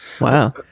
Wow